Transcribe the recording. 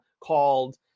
called